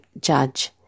judge